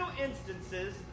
instances